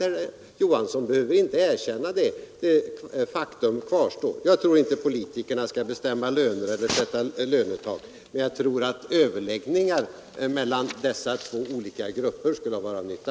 Herr Johansson behöver inte erkänna det. Faktum kvarstår. Jag tror inte att politikerna skall bestämma löner eller sätta lönetak, men jag tror att överläggningar mellan dessa två olika grupper skulle vara av nytta.